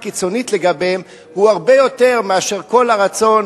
קיצונית לגביהם הוא הרבה יותר מאשר כל הרצון.